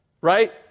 Right